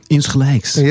Insgelijks